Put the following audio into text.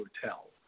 hotel